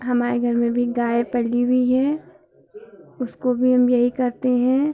हमारे घर में भी गाय पली हुई है उसको भी हम यही करते हैं